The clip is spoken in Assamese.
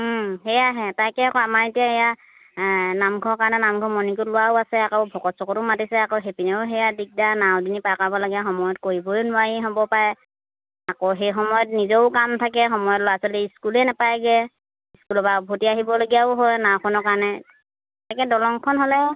সেয়াহে তাকে আকৌ আমাৰ এতিয়া এয়া নামঘৰৰ কাৰণে নামঘৰ মণিকুট লোৱাও আছে আকৌ ভকত চকতো মাতিছে আকৌ সেইপিনেও সেয়া দিগদাৰ নাও দি পিনি পাৰ কৰাব লাগে সময়ত কৰিবই নোৱাৰি হ'ব পাৰে আকৌ সেই সময়ত নিজেও কাম থাকে সময়ত ল'ৰা ছোৱালী স্কুলেই নাপায়গৈ স্কুলৰপৰা উভতি আহিবলগীয়াও হয় নাওখনৰ কাৰণে তাকে দলংখন হ'লে